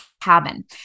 Cabin